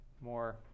more